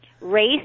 race